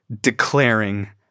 declaring